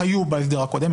היו בהסדר הקודם,